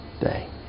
day